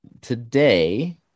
today